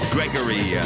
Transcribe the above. Gregory